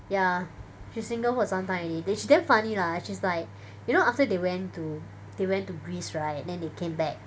ya she single for some time already then she damn funny lah she's like you know after they went to they went to Greece right then they came back